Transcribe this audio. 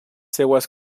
seues